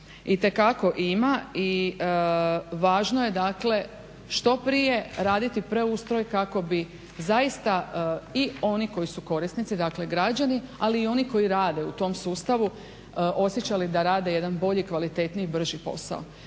itekako ima i važno je dakle što prije raditi preustroj kako bi zaista i oni koji su korisnici, dakle građani, ali i oni koji rade u tom sustavu osjećali da rade jedan bolji, kvalitetniji i brži posao.